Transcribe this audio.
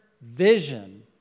vision